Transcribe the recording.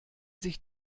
sich